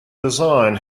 design